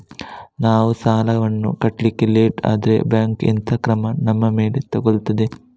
ನಾವು ಸಾಲ ವನ್ನು ಕಟ್ಲಿಕ್ಕೆ ಲೇಟ್ ಆದ್ರೆ ಬ್ಯಾಂಕ್ ಎಂತ ಕ್ರಮ ನಮ್ಮ ಮೇಲೆ ತೆಗೊಳ್ತಾದೆ?